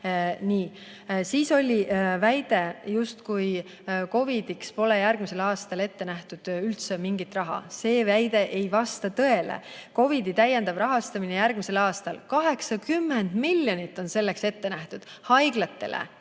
testita. Siis oli väide, justkui COVID-iks pole järgmisel aastal ette nähtud üldse mingit raha. See väide ei vasta tõele. COVID-iga [seotud] täiendav rahastamine järgmisel aastal – 80 miljonit on selleks ette nähtud haiglatele,